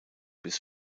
bis